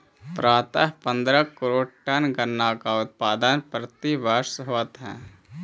प्रायः पंद्रह करोड़ टन गन्ना का उत्पादन प्रतिवर्ष होवत है